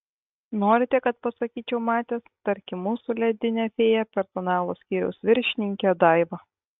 norite kad pasakyčiau matęs tarkim mūsų ledinę fėją personalo skyriaus viršininkę daivą